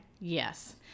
yes